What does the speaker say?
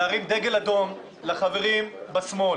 אני רוצה להרים דגל אדום לחברים בשמאל.